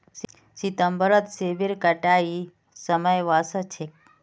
सितंबरत सेबेर कटाईर समय वसा छेक